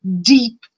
deep